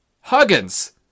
Huggins